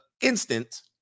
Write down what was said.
instant